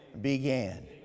began